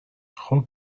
خوب